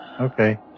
Okay